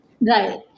right